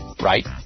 Right